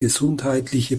gesundheitliche